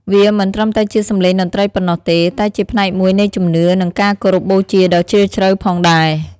វាមិនត្រឹមតែជាសំឡេងតន្ត្រីប៉ុណ្ណោះទេ តែជាផ្នែកមួយនៃជំនឿ និងការគោរពបូជាដ៏ជ្រាលជ្រៅផងដែរ។